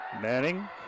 Manning